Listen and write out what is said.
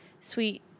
sweet